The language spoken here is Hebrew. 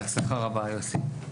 הצלחה רבה, יוסי.